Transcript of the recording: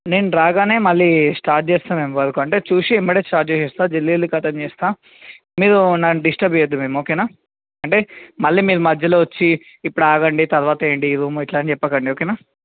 నేను రాగానే మళ్ళి స్టార్ట్ చేస్తాను మేము వర్క్ అంటే చూసి ఎమ్మటే స్టార్ట్ చేసేస్తా జల్దీ వెళ్ళి కతం చేస్తా మీరు నన్ను డిస్టబ్ చెయ్యొద్దు మ్యామ్ ఓకేనా అంటే మళ్ళీ మీరు మధ్యలో వచ్చి ఇప్పుడు ఆగండి తర్వాత వేయండి రూమ్ ఇట్లా చెప్పకండి ఓకేనా